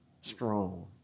strong